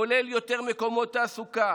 כולל יותר מקומות תעסוקה,